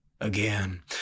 Again